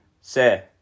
Se